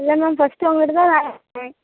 இல்லை ma'am first உங்ககிட்ட தான் வேலை கேட்குறேன்